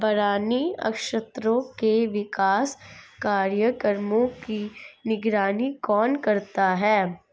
बरानी क्षेत्र के विकास कार्यक्रमों की निगरानी कौन करता है?